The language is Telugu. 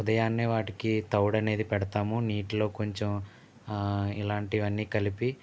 ఉదయాన్నే వాటికి తౌడనేది పెడతాము నీటిలో కొంచెం ఇలాంటివన్నీ కలిపి